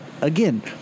again